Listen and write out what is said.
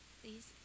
please